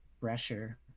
pressure